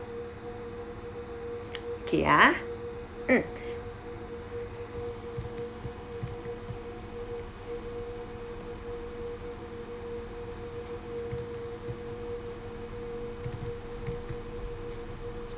K ah mm